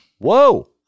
Whoa